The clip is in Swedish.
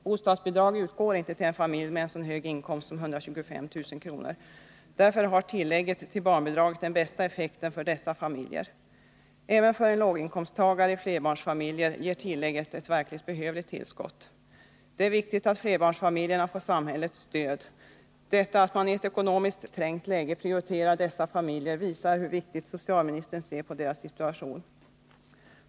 Bostadsbidrag utgår inte till en familj med så hög inkomst som 125 000 kr. Därför ger tillägget till barnbidraget den bästa effekten för dessa familjer. Även för en låginkomsttagare i flerbarnsfamiljer ger tillägget ett verkligt behövligt tillskott. Det är viktigt att flerbarnsfamiljerna får samhällets stöd. Att man i ett ekonomiskt trängt läge prioriterar dessa familjer visar hur allvarligt socialministern ser på deras situation.